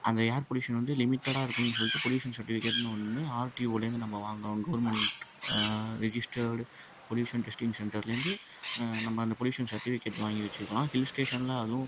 அந்த air pollution வந்து லிமிடெட்டாக இருக்குன்னு சொல்லிட்டு பொல்யூஷன் சர்டிஃபிகேட்னு ஒன்று ஆர்டிஓலேருந்து நம்ம வாங்குறோம் கவர்மெண்ட் ரெஜிஸ்டர்டு பொல்யூஷன் டெஸ்ட்டிங் சென்டர்லேருந்து நம்ம அந்த பொல்யூஷன் சர்டிஃபிகேட் வாங்கி வெச்சுக்கலாம் ஹில் ஸ்டேஷனில் அதுவும்